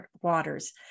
waters